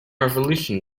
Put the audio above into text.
revolution